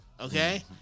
Okay